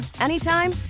anytime